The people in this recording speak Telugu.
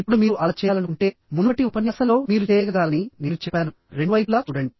ఇప్పుడు మీరు అలా చేయాలనుకుంటే మునుపటి ఉపన్యాసంలో మీరు చేయగలగాలని నేను చెప్పాను రెండు వైపులా చూడండి